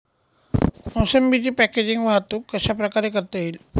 मोसंबीची पॅकेजिंग वाहतूक कशाप्रकारे करता येईल?